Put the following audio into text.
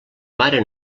mare